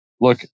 look